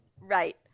Right